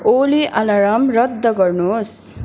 ओले अलार्म रद्द गर्नुहोस्